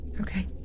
Okay